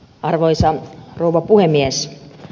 arvoisa rouva puhemies